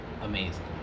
amazing